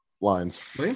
lines